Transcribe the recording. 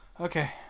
Okay